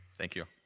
thank you.